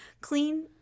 clean